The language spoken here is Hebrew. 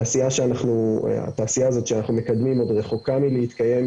התעשייה הזו שאנחנו מקדמים עוד רחוקה מלהתקיים,